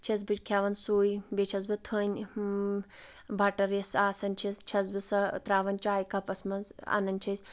چھَس بہٕ کھٮ۪وان سُے بیٚیہِ چھَس بہٕ تھٔنۍ بَٹر یۄس آسان چھِ چھَس بہٕ سۄ تراوان چایہِ کَپس منٛز اَنان چھِ أسۍ